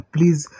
Please